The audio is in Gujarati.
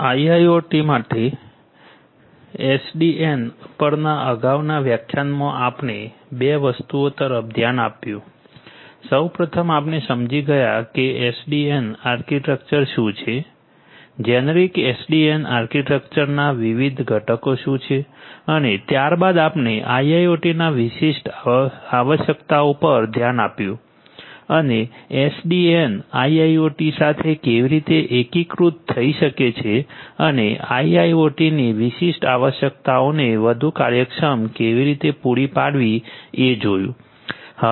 આઈઆઈઓટી માટે એસડીએન પરના અગાઉના વ્યાખ્યાનમાં આપણે 2 વસ્તુઓ તરફ ધ્યાન આપ્યું સૌ પ્રથમ આપણે સમજી ગયા કે એસડીએન આર્કિટેક્ચર શું છે જેનરિક એસડીએન આર્કિટેક્ચર ના વિવિધ ઘટકો શું છે અને ત્યારબાદ આપણે આઈઆઈઓટીના વિશિષ્ટ આવશ્યકતાઓ પર ધ્યાન આપ્યું અને એસડીએન આઈઆઈઓટી સાથે કેવી રીતે એકીકૃત થઈ શકે છે અને આઈઆઈઓટી ની વિશિષ્ટ આવશ્યકતાઓને વધુ કાર્યક્ષમ કેવી રીતે પૂરી પાડવી એ જોયુ